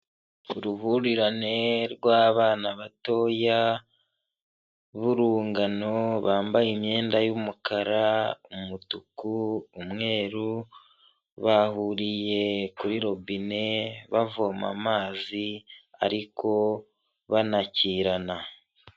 Uruhurirane rw'abana batoya b'urungano, bambaye imyenda y'umukara, umutuku, umweru, bahuriye kuri robine bavoma amazi ariko banakirana.